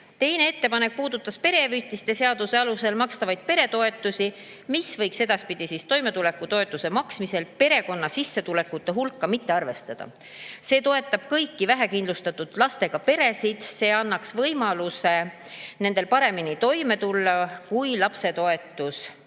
Teine ettepanek puudutas perehüvitiste seaduse alusel makstavaid peretoetusi, mida võiks edaspidi toimetulekutoetuse maksmisel perekonna sissetulekute hulka mitte arvestada. See toetab kõiki vähekindlustatud, lastega peresid ning annab nendele võimaluse paremini toime tulla, kui lapsetoetus ja